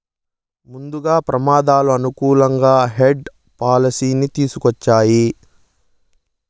ముందుగానే ప్రమాదాలు అనుకూలంగా హెడ్జ్ పాలసీని తీసుకోవచ్చు